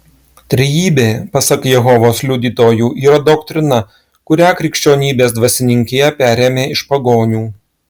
trejybė pasak jehovos liudytojų yra doktrina kurią krikščionybės dvasininkija perėmė iš pagonių